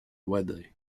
wade